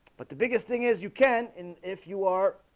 but the biggest thing is you can in if you are